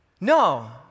no